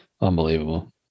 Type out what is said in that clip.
Unbelievable